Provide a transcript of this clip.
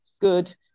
good